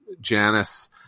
Janice